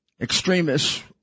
extremists